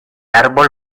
árbol